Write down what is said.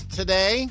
today